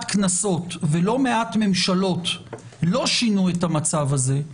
כנסות ולא מעט ממשלות לא שינו את המצב הזה,